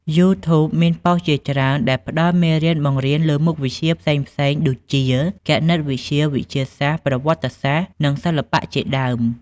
យូធូប (YouTube) មានប៉ុស្តិ៍ជាច្រើនដែលផ្តល់មេរៀនបង្រៀនលើមុខវិជ្ជាផ្សេងៗ ដូចជាគណិតវិទ្យា វិទ្យាសាស្ត្រ ប្រវត្តិសាស្ត្រ និងសិល្បៈជាដើម។